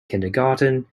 kindergarten